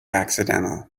accidental